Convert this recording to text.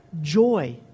joy